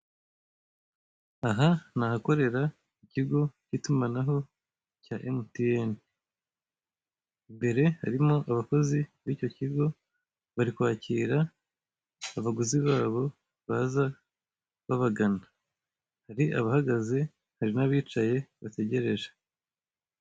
Aha ni ahakorera ikigo k'itumanaho cya emutiyene, imbere harimo abakozi b'icyo kigo bari kwakira abaguzi babo baza babagana, hari abahagaze hari n'abicaye bategereje.